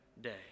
day